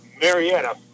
Marietta